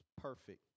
perfect